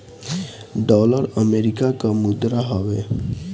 dollar America कअ मुद्रा हवे